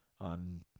on